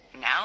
Now